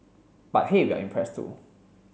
but hey we're impressed too